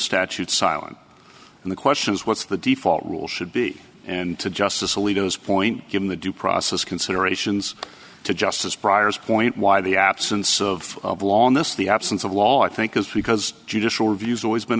statute silent and the question is what's the default rule should be and to justice alito is point given the due process considerations to justice briar's point why the absence of law on this the absence of law i think is because judicial reviews always been